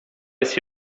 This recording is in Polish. jest